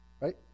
Right